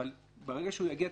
אבל ברגע שהוא יגיע,